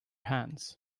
hands